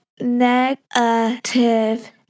Negative